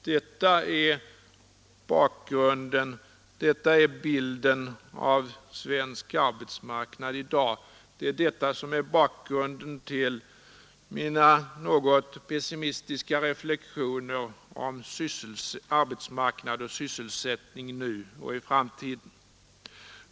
Detta är bilden av svensk arbetsmarknad i dag, och det är detta som är bakgrunden till mina något pessimistiska reflexioner om arbetsmarknad och sysselsättning nu och i framtiden.